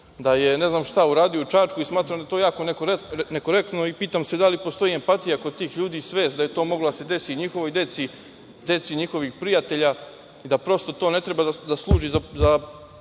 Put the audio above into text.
da je ne znam šta uradio u Čačku. Smatram da je to jako nekorektno i pitam se da li postoji empatija kod tih ljudi i svest da je to moglo da se desi i njihovoj deci, deci njihovih prijatelja i da prosto to ne treba da služi za